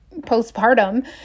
postpartum